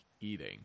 eating